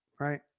right